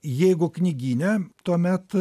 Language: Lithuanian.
jeigu knygyne tuomet